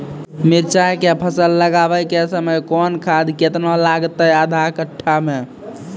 मिरचाय के फसल लगाबै के समय कौन खाद केतना लागतै आधा कट्ठा मे?